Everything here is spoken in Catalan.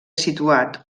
situat